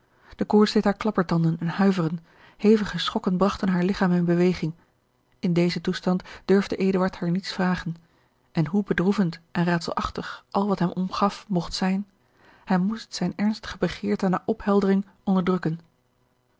de koorts deed haar klappertanden en huiveren hevige schokken bragten haar ligchaam in beweging in dezen toestand durfde eduard haar niets vragen en hoe bedroevend en raadselachtig al wat hem omgaf mogt zijn hij moest zijne ernstige begeerte naar opheldering onderdrukken